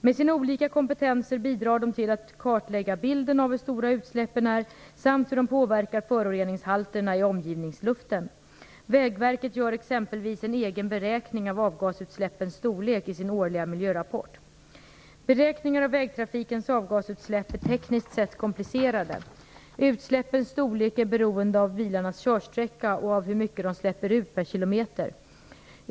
Med sina olika kompetenser bidrar de till att kartlägga bilden av hur stora utsläppen är samt hur de påverkar föroreningshalterna i omgivningsluften. Vägverket gör exempelvis en egen beräkning av avgasutsläppens storlek i sin årliga miljörapport. Beräkningar av vägtrafikens avgasutsläpp är tekniskt sett komplicerade. Utsläppens storlek är beroende av bilarnas körsträcka och av hur mycket de släpper ut per kilometer.